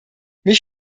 mich